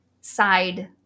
side